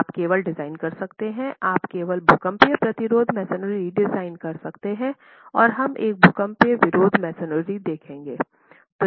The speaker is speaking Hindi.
आप केवल डिजाइन कर सकते हैं आप केवल भूकंपीय प्रतिरोध मैसनरी डिजाइन कर सकते हैं और हम एक भूकंपीय विरोध मैसनरी देखेंगे